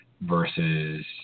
versus